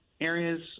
areas